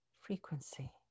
frequency